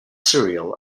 serial